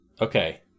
okay